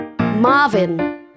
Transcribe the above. Marvin